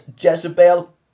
Jezebel